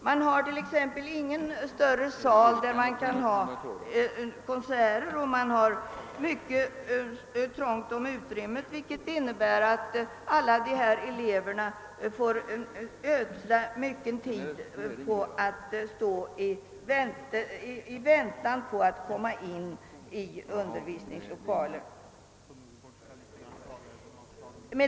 Man har t.ex. ingen större sal där man kan ha konserter. Man har mycket trångt om utrymmet, vilket innebär att alla eleverna får ödsla mycken tid med att vänta på att komma in i undervisningslokalen.